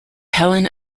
helen